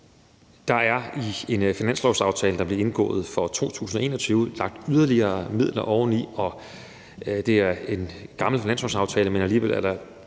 Der er i den finanslovsaftale, der blev indgået for 2021, lagt yderligere midler oveni. Det er en gammel finanslovsaftale, men alligevel er der